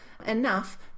enough